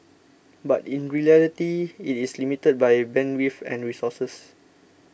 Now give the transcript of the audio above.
but in reality it is limited by bandwidth and resources